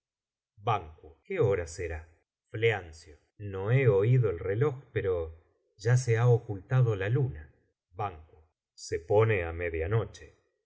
ban qué hora será fle no he oído el reloj pero ya se ha ocultado la luna ban se pone á